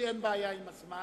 לי אין בעיה עם הזמן,